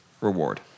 reward